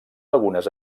algunes